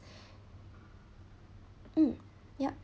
mm yup